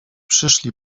przyszli